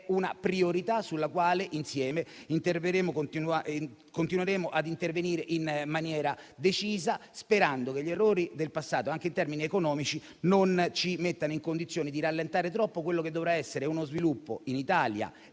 una priorità sulla quale insieme continueremo ad intervenire in maniera decisa, sperando che gli errori del passato, anche in termini economici, non ci mettano in condizione di rallentare troppo quello che dovrà essere lo sviluppo, in Italia